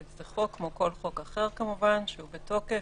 זה חוק כמו כל חוק אחר, כמובן, שהוא בתוקף.